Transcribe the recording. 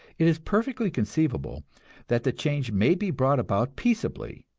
it is perfectly conceivable that the change may be brought about peaceably,